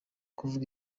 kuva